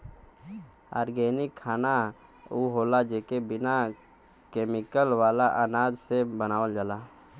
organic खाना उ होला जेके बिना केमिकल वाला अनाज से बनावल जाला